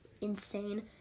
insane